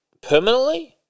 Permanently